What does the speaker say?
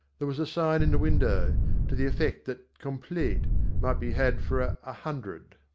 there was a sign in the window to the effect that completes might be had for a hundred.